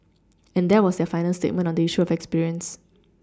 and that was their final statement on the issue of experience